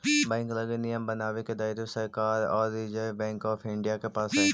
bank लगी नियम बनावे के दायित्व सरकार आउ रिजर्व बैंक ऑफ इंडिया के पास हइ